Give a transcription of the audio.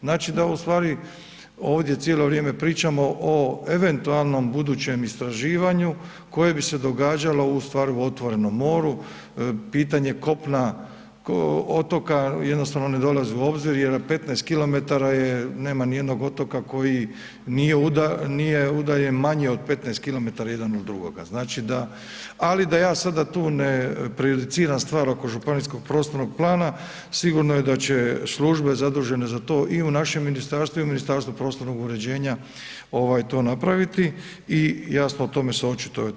Znači da ustvari ovdje cijelo vrijeme pričamo o eventualnom budućem istraživanju koje bi se događalo ustvari u otvorenom moru, pitanje kopna, otoka, jednostavno ne dolazi u obzir jer 15 km je, nema nijednog otoka koji nije udaljen manje od 15 km jedan od drugog, znači da, ali da ja sada tu ne prejudiciram stvar oko županijskog prostornog plana, sigurno je da će službe zadužene za to i u našem ministarstvu i u Ministarstvu prostornog uređenja, to napraviti i jasno, o tome se očituje.